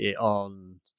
on